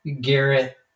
Garrett